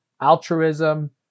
altruism